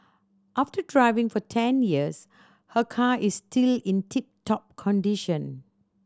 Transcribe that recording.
after driving for ten years her car is still in tip top condition